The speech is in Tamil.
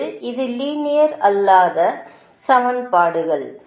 அதாவது இது லீனியர் அல்லாத சமன்பாடுகள்